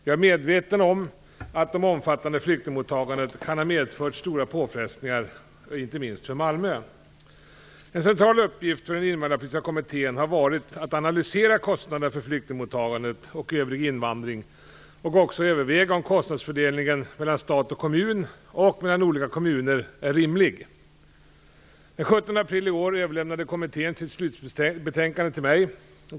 Jag är medveten om att det omfattande flyktingmottagandet kan ha medfört stora påfrestningar, inte minst för Malmö. En central uppgift för den invandrarpolitiska kommittén har varit att analysera kostnaderna för flyktingmottagandet och övrig invandring och att därvid överväga om kostnadsfördelningen mellan stat och kommun och mellan olika kommuner är rimlig. Den 17 april i år överlämnade kommittén sitt slutbetänkande till mig.